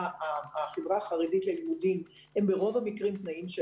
החברה החרדית ללימודים הם ברוב המקרים תנאים של